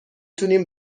تونیم